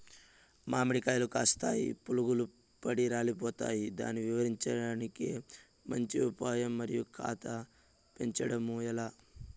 మామిడి కాయలు కాస్తాయి పులుగులు పడి రాలిపోతాయి దాన్ని నివారించడానికి మంచి ఉపాయం మరియు కాత పెంచడము ఏలా?